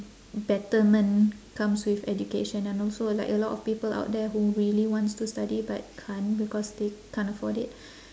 betterment comes with education and also like a lot of people out there who really wants to study but can't because they can't afford it